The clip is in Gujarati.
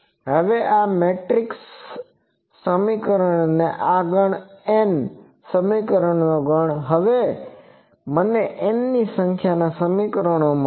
હવે આ મેટ્રિક્સ સમીકરણનો આ ગણ n સમીકરણનો ગણ હવે મને n સંખ્યાના સમીકરણો મળે છે